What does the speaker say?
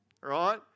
right